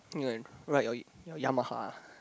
ride your Yamaha